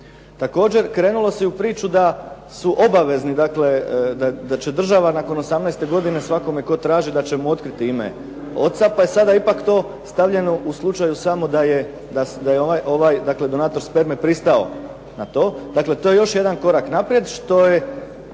Također krenulo se u priču da su obavezni, da će država nakon 18 godine svakome tko traži da će mu otkriti ime oca, pa je sada ipak to stavljeno u slučaju da je donator sperme pristao na to. Dakle, to je još jedan korak naprijed.